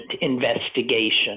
investigation